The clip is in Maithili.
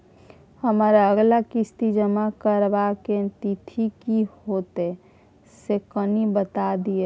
हमर अगला किस्ती जमा करबा के तिथि की होतै से कनी बता दिय न?